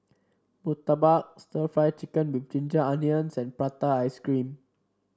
Murtabak stir Fry Chicken with Ginger Onions and Prata Ice Cream